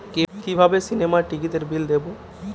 কিভাবে সিনেমার টিকিটের বিল দেবো?